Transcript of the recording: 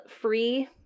free